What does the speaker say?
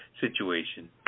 situation